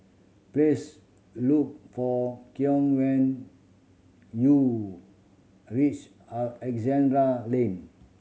please look for Keon when you reach Alexandra Lane